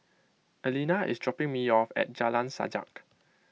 Elena is dropping me off at Jalan Sajak